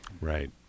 Right